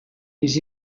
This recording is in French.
les